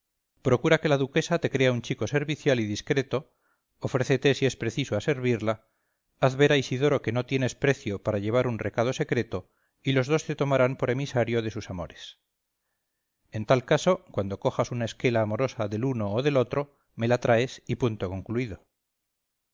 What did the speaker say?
procura que la duquesa te crea un chico servicial y discreto ofrécete si es preciso a servirla haz ver a isidoro que no tienes precio para llevar un recado secreto y los dos te tomarán por emisario de sus amores en tal caso cuando cojas una esquela amorosa del uno o del otro me la traes y punto concluido